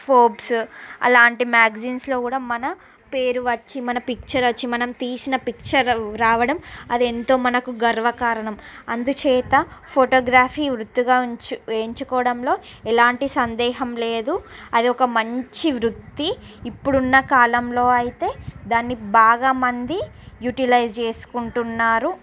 Forbes అలాంటి మ్యాగ్జైన్స్లో కూడా మన పేరు వచ్చి మన పిక్చర్ వచ్చి మనం తీసిన పిక్చర్ రావడం అది ఎంతో మనకు గర్వకారణం అందుచేత ఫోటోగ్రఫీ వృత్తిగా ఉంచి ఎంకోవడంలో ఎలాంటి సందేహం లేదు అదొక మంచి వృత్తి ఇప్పుడున్న కాలంలో అయితే దాన్ని బాగా మంది యుటిలైజ్ చేసుకుంటున్నారు